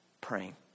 praying